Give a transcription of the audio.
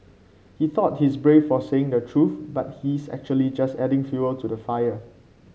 he thought he's brave for saying the truth but he's actually just adding fuel to the fire